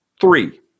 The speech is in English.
Three